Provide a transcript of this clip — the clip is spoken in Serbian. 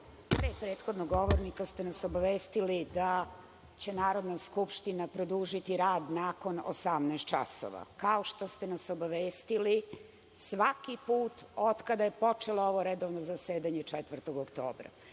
2.Pre prethodnog govornika ste nas obavestili da će Narodna skupština produžiti rad nakon 18.00 časova, kao što ste nas obavestili svaki put od kada je počelo ovo redovno zasedanje 4. oktobra.